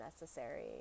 necessary